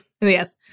yes